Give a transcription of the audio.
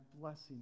blessing